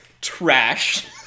trash